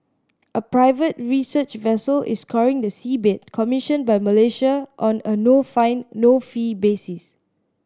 a private research vessel is scouring the seabed commissioned by Malaysia on a no find no fee basis